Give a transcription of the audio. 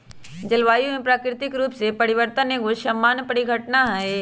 जलवायु में प्राकृतिक रूप से परिवर्तन एगो सामान्य परिघटना हइ